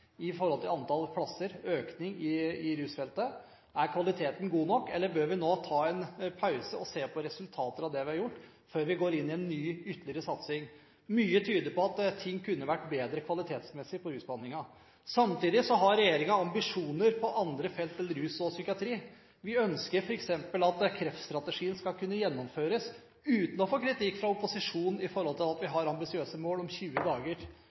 i forhold til antall plasser – økning i rusfeltet? Er kvaliteten god nok, eller bør vi nå ta en pause og se på resultater av det vi har gjort, før vi går inn i en ytterligere ny satsing? Mye tyder på at ting kunne vært kvalitetsmessig bedre i rusbehandlingen. Samtidig har regjeringen ambisjoner på andre felt enn rus og psykiatri. Vi ønsker f.eks. at kreftstrategien skal kunne gjennomføres uten å få kritikk fra opposisjonen for at vi har ambisiøse mål om 20 dager